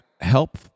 help